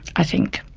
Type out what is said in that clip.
i think.